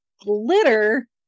glitter